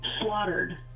slaughtered